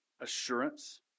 assurance